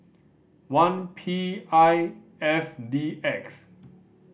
one P I F D X